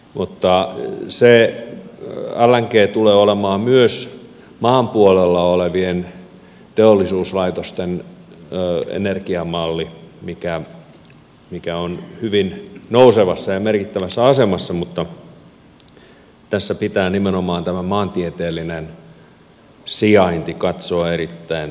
mutta lng tulee olemaan myös maan puolella olevien teollisuuslaitosten energiamalli joka on hyvin nousevassa ja merkittävässä asemassa mutta tässä pitää nimenomaan tämä maantieteellinen sijainti katsoa erittäin tarkkaan